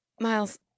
Miles